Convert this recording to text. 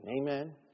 Amen